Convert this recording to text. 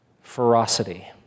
ferocity